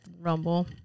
Rumble